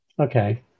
Okay